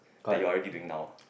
that you're already doing now